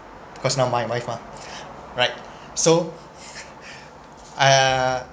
cause now my wife mah right so uh